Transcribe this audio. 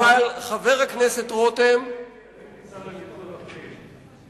הייתי השר לביטחון הפנים.